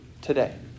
today